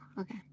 Okay